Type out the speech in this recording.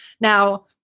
Now